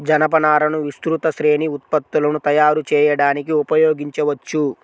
జనపనారను విస్తృత శ్రేణి ఉత్పత్తులను తయారు చేయడానికి ఉపయోగించవచ్చు